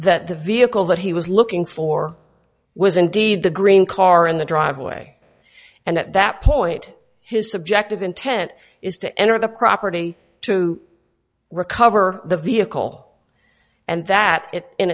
that the vehicle that he was looking for was indeed the green car in the driveway and at that point his subjective intent is to enter the property to recover the vehicle and that in